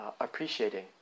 appreciating